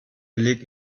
beleg